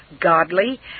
godly